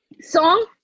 song